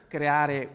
creare